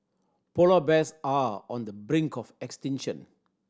polar bears are on the brink of extinction